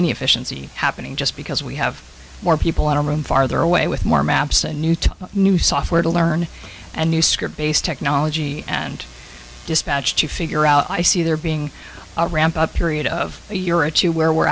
any efficiency happening just because we have more people in our room farther away with more maps and new to new software to learn a new script based technology and dispatch to figure out i see there being a ramp up period of a year or two where we're